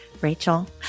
Rachel